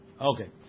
Okay